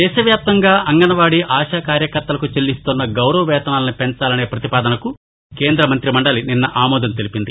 దేశ వ్యాప్తంగా అంగన్వాడీ ఆశా కార్యకర్తలకు చెల్లిస్తోన్న గౌరవ వేతనాలను పెంచాలనే ప్రపతిపాదనకు కేంద్ర మంతిమండలి నిన్న ఆమోదం తెలిపింది